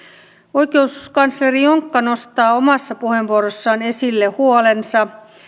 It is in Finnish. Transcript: oikeuskansleri jonkka nostaa omassa puheenvuorossaan esille huolensa